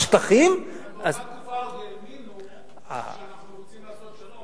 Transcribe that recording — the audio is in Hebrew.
"השטחים" באותה תקופה עוד האמינו שאנחנו רוצים לעשות שלום.